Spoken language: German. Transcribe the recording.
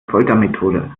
foltermethode